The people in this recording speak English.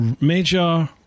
major